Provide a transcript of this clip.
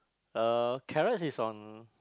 uh carrots is on